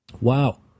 Wow